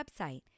website